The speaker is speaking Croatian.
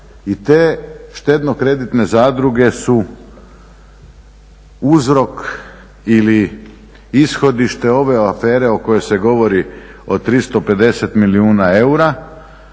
I te štedno-kreditne zadruge su uzrok ili ishodište ove afere o kojoj se govori o 350 milijuna eura,